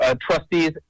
Trustees